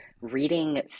reading